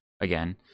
again